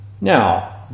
Now